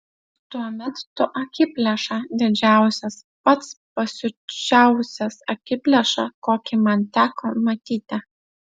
tuomet tu akiplėša didžiausias pats pasiučiausias akiplėša kokį man teko matyti